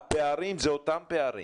הפערים הם אותם פערים